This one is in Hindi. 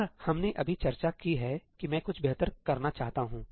और हमने अभी चर्चा की है कि मैं कुछ बेहतर करना चाहता हूं